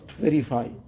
verify